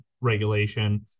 regulation